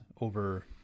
over